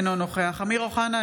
אינו נוכח אמיר אוחנה,